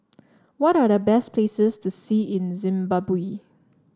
what are the best places to see in Zimbabwe